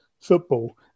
football